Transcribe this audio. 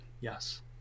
Yes